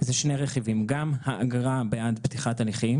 זה שני רכיבים: גם האגרה בעד פתיחת הליכים.